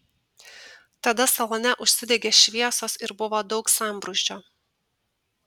tada salone užsidegė šviesos ir buvo daug sambrūzdžio